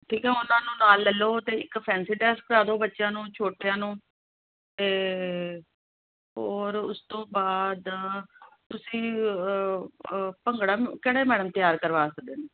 ਠੀਕ ਹੈ ਉਹਨਾਂ ਨੂੰ ਨਾਲ ਲੈ ਲਉ ਅਤੇ ਇੱਕ ਫੈਂਸੀ ਡਰੈਸ ਕਰਾ ਦਿਉ ਬੱਚਿਆਂ ਨੂੰ ਛੋਟਿਆਂ ਨੂੰ ਅਤੇ ਹੋਰ ਉਸ ਤੋਂ ਬਾਅਦ ਤੁਸੀਂ ਭੰਗੜਾ ਵੀ ਕਿਹੜੇ ਮੈਡਮ ਤਿਆਰ ਕਰਵਾ ਸਕਦੇ ਨੇ